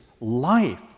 life